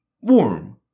Warm